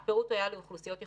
היא דיברה על אוכלוסיות מיוחדות.